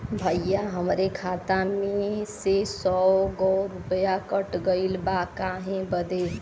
भईया हमरे खाता मे से सौ गो रूपया कट गइल बा काहे बदे?